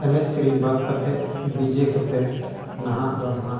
ᱮᱱᱮᱡ ᱥᱮᱨᱮᱧ ᱵᱟᱫᱽ ᱠᱟᱛᱮᱫ ᱰᱤᱡᱮ ᱠᱚᱛᱮ ᱱᱟᱦᱟᱜ ᱫᱚ ᱱᱟᱦᱟᱸᱜ